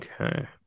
Okay